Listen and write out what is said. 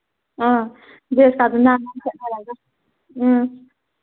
ꯑ ꯎꯝ